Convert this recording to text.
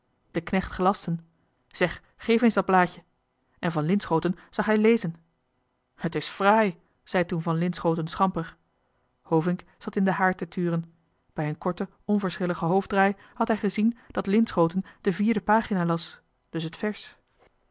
den knecht gelasten zeg geef eens dat blaadje en van linschooten zag hij lezen t is fraai zei toen van linschooten schamper hovink zat in den haard te turen bij een korten onverschilligen hoofddraai had hij gezien dat linschooten op de vierde pagina las dus wel het vers